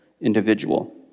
individual